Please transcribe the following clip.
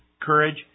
courage